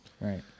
Right